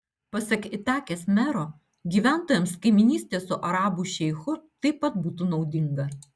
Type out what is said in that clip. pasak itakės mero gyventojams kaimynystė su arabų šeichu taip pat būtų naudinga